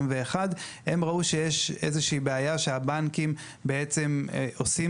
- הם ראו שיש איזה שהיא בעיה שהבנקים בעצם עושים